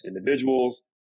individuals